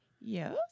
Yes